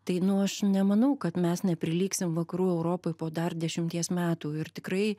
tai nu aš nemanau kad mes neprilygsim vakarų europoj po dar dešimties metų ir tikrai